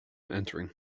entering